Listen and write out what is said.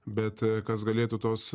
bet kas galėtų tuos